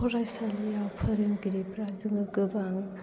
फरायसालियाव फोरोंगिरिफोरा जोंनो गोबां